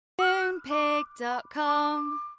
Moonpig.com